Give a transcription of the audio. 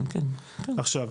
עכשיו,